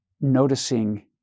Noticing